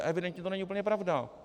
A evidentně to není úplně pravda.